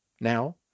Now